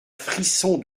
frisson